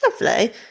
Lovely